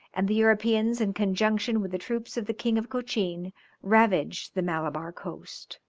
and the europeans in conjunction with the troops of the king of cochin ravaged the malabar coast.